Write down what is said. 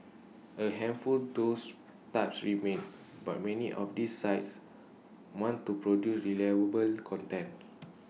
A handful those types remain but many of these sites want to produce reliable content